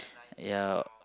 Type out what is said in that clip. ya